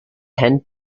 hand